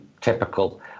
typical